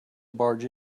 barge